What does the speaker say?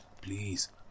please